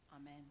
Amen